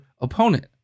opponent